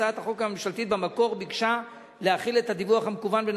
הצעת החוק הממשלתית במקור ביקשה להחיל את הדיווח המקוון בין